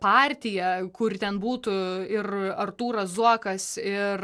partiją kur ten būtų ir artūras zuokas ir